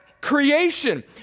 creation